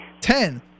Ten